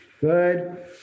Good